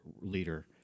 leader